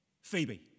Phoebe